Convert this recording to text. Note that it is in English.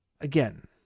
again